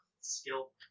skill